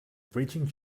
breaching